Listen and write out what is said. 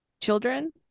children